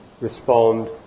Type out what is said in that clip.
respond